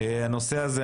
הנושא הזה,